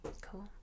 cool